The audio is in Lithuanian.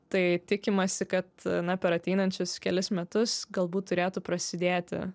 tai tikimasi kad na per ateinančius kelis metus galbūt turėtų prasidėti